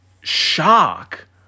shock